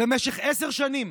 במשך עשר שנים